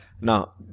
Now